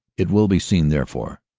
it will be seen, therefore,